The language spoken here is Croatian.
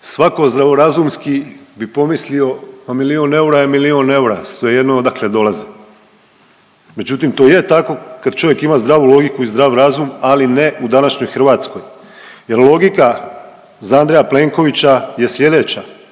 Svako zdravorazumski bi pomislio pa milion eura je milion eura svejedno odakle dolazi. Međutim, to je tako kad čovjek ima zdravu logiku i zdrav razum, ali ne u današnjoj Hrvatskoj jer logika za Andreja Plenkovića je slijedeća